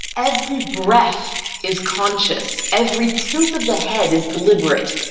every breath is conscious, every tilt of the head is deliberate.